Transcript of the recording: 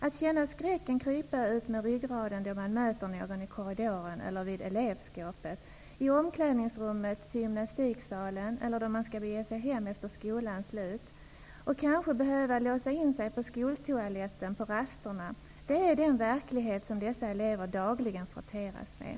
Att känna skräcken krypa utmed ryggraden då man möter någon i korridoren eller vid elevskåpet, i gymnastiksalens omklädningsrum eller då man skall bege sig hem efter skolans slut och kanske behöva låsa in sig på skoltoaletten under rasterna är den verklighet som dessa elever dagligen konfronteras med.